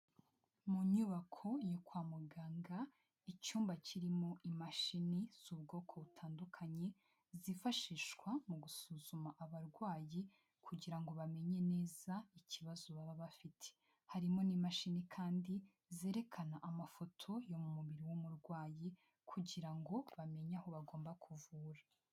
Mu nyubako yo kwa muganga, icyumba kirimo imashini z'ubwoko butandukanye, zifashishwa mu gusuzuma abarwayi kugira ngo bamenye neza ikibazo baba bafite. Harimo n'imashini kandi zerekana amafoto yo mu mubiri w'umurwayi kugira ngo bamenye aho bagomba kuvura.